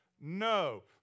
No